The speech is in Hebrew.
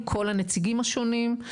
כל הנציגים השונים.